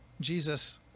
Jesus